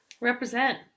Represent